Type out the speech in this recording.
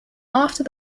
after